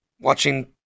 watching